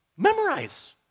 Memorize